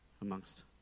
amongst